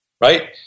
right